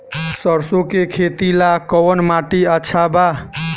सरसों के खेती ला कवन माटी अच्छा बा?